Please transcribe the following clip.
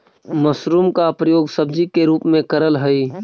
mushroom का प्रयोग सब्जी के रूप में करल हई